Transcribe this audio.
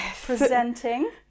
presenting